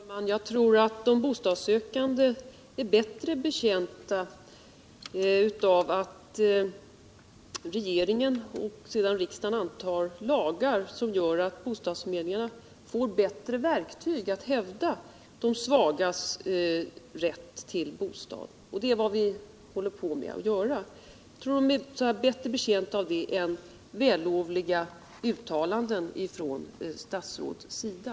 Herr talman! Jag tror att de bostadssökande är bättre betjänta av att regeringen föreslår och riksdagen sedan antar lagar som gör att bostadsförmedlingarna får bättre verktyg för att hävda de svagas rätt till bostad än av välvilliga uttalanden från ett statsråds sida.